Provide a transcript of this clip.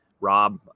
rob